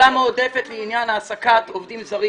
מועדפת לעניין העסקת עובדים זרים